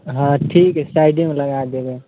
हँ ठीक अछि साइडेमे लगा देबै